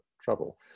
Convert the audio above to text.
trouble